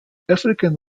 african